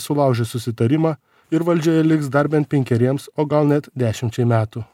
sulaužė susitarimą ir valdžioje liks dar bent penkeriems o gal net dešimčiai metų